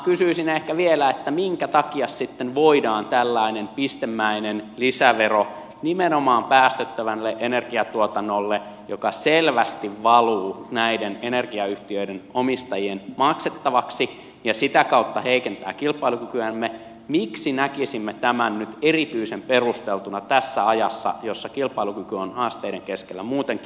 kysyisin ehkä vielä minkä takia sitten tällainen pistemäinen lisävero nimenomaan päästöttömälle energiatuotannolle joka selvästi valuu näiden energiayhtiöiden omistajien maksettavaksi ja sitä kautta heikentää kilpailukykyämme miksi näkisimme tämän nyt erityisen perusteltuna tässä ajassa jossa kilpailukyky on haasteiden keskellä muutenkin